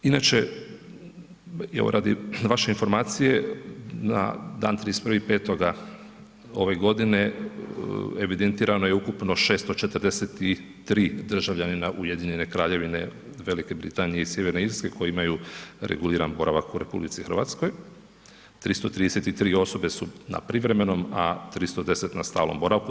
Inače i evo radi vaše informacije na dan 31.5. ove godine evidentirano je ukupno 643 državljanina Ujedinjene Kraljevine Velike Britanije i Sjeverne Irske koji imaju reguliran boravak u RH, 333 osobe su na privremenom, a 310 na stalnom boravku.